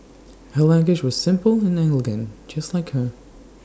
her language was simple and elegant just like her